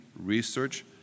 Research